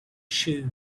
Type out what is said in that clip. shoe